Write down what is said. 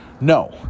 No